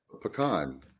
Pecan